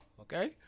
Okay